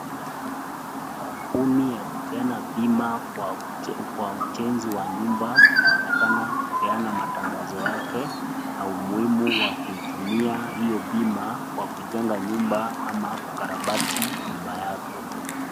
Kampuni ya kupeana bima kwa ujenzi wa nyumba inaonekana kwa matangazo yake na umuhimu ya kutumia hiyo bima kwa kuchanga nyumba ama kukarabati nyumba yako.